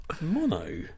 Mono